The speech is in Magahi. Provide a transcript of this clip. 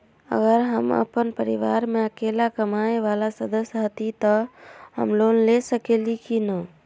अगर हम अपन परिवार में अकेला कमाये वाला सदस्य हती त हम लोन ले सकेली की न?